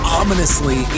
ominously